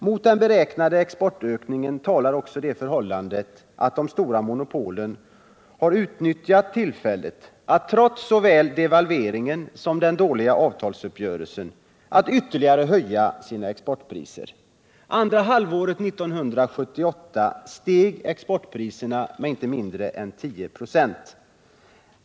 Mot den beräknade exportökningen talar också det förhållandet att de stora monopolen har utnyttjat tillfället att trots såväl devalveringen som den dåliga avtalsuppgörelsen ytterligare höja sina exportpriser. Andra halvåret 1978 steg exportpriserna med inte mindre än 10 96.